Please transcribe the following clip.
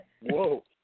Whoa